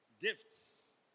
Gifts